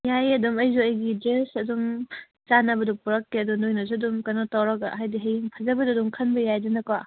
ꯌꯥꯏꯌꯦ ꯑꯗꯨꯝ ꯑꯩꯁꯨ ꯑꯩꯒꯤ ꯗ꯭ꯔꯦꯁ ꯑꯗꯨꯝ ꯆꯥꯟꯅꯕꯗꯨ ꯄꯨꯔꯛꯀꯦ ꯑꯗꯣ ꯅꯈꯣꯏꯅꯁꯨ ꯑꯗꯨꯝ ꯀꯩꯅꯣ ꯇꯧꯔꯒ ꯍꯥꯏꯕꯗꯤ ꯍꯌꯦꯡ ꯐꯖꯕ ꯑꯗꯨꯝ ꯈꯟꯕ ꯌꯥꯏꯗꯅꯀꯣ